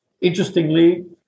interestingly